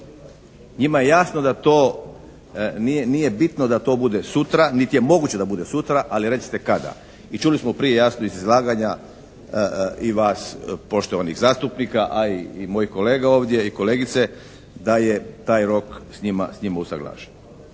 Njima je jasno da to, nije bitno da to bude sutra niti je moguće da bude sutra, ali recite kada? I čuli smo prije jasno iz izlaganja i vas poštovanih zastupnika a i mojih kolega ovdje i kolegice da je taj rok s njima usuglašen.